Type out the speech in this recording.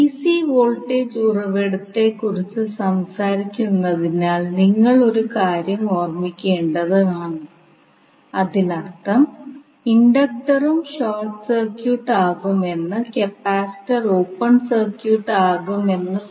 DC voltage ഉറവിടത്തെക്കുറിച്ച് സംസാരിക്കുന്നതിനാൽ നിങ്ങൾ ഒരു കാര്യം ഓർമ്മിക്കേണ്ടതാണ് അതിനർത്ഥം ഇൻഡക്റ്ററും ഷോർട്ട് സർക്യൂട്ട് ആകുമെന്നും കപ്പാസിറ്റർ ഓപ്പൺ സർക്യൂട്ട് ആകും എന്നാണ്